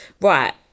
Right